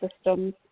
systems